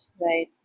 right